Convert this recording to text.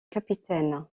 capitaine